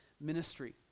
ministry